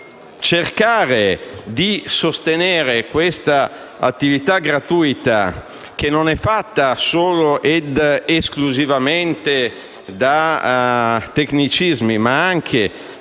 occorra sostenere questa attività gratuita, che è fatta non solo ed esclusivamente da tecnicismi, ma anche